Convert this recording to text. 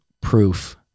proof